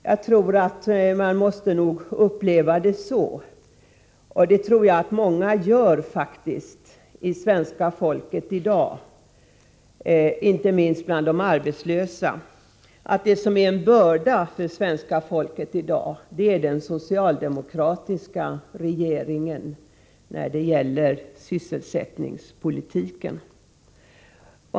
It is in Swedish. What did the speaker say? Jag tror att stora delar av svenska folket — inte minst bland de arbetslösa — upplever det så, att det som är en börda för svenska folket i dag är den socialdemokratiska regeringens sysselsättningspolitik.